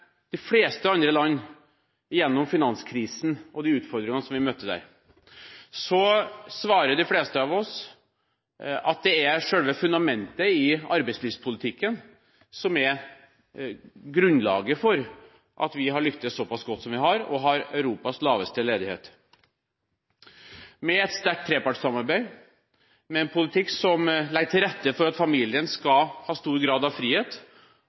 de fleste andre land under finanskrisen og de utfordringene vi møtte der, så svarer de fleste av oss at det er selve fundamentet i arbeidslivspolitikken som er grunnlaget for at vi har lyktes såpass godt som vi har, og har Europas laveste ledighet, med et sterkt trepartssamarbeid, med en politikk som legger til rette for at familien skal ha stor grad av frihet